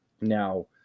Now